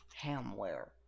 hamware